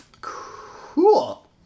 Cool